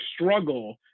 struggle